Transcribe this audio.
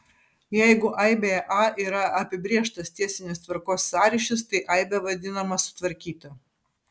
jeigu aibėje a yra apibrėžtas tiesinės tvarkos sąryšis tai aibė vadinama sutvarkyta